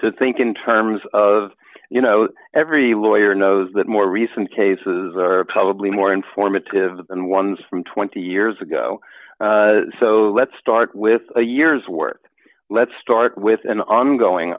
to think in terms of you know every lawyer knows that more recent cases are probably more informative than ones from twenty years ago so let's start with a year's worth let's start with an ongoing